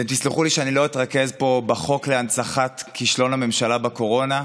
אתם תסלחו לי שלא אתרכז פה בחוק להנצחת כישלון הממשלה בקורונה.